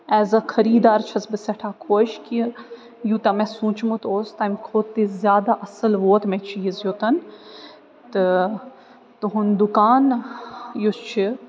as اےٚ خریٖدار چھَس بہٕ سٮ۪ٹھاہ خوش کہِ یوٗتاہ مےٚ سوٗنٛچمُت اوس تَمہِ کھۄتہِ تہِ زیادٕ اَصٕل ووت مےٚ چیٖز یوٚتَن تہٕ تُہُنٛد دُکان یُس چھِ